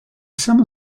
summer